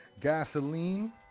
Gasoline